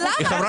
אבל למה?